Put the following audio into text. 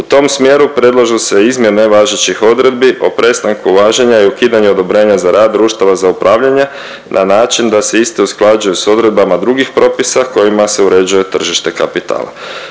U tom smjeru predlažu se izmjene važećih odredbi o prestanku važenja i ukidanju odobrenja za rad društava za upravljanje na način da se iste usklađuju s odredbama drugih propisa kojima se uređuje tržište kapitala.